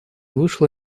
вышла